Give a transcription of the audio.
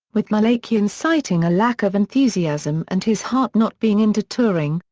with malakian citing a lack of enthusiasm and his heart not being into touring,